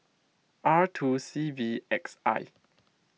R two C V X I